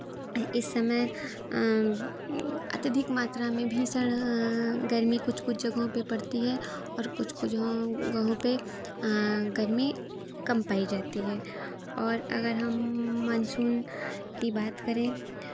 इस समय अत्यधिक मात्रा में भी गर्मी कुछ कुछ जगहों पे पड़ती है और कुछ कुछ जहाँ गहों पे गर्मी कम पाई जाती है और अगर हम मानसून की बात करें